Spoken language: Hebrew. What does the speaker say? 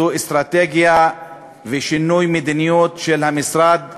זאת אסטרטגיה ושינוי מדיניות של המשרד למשטרה,